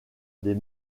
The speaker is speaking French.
des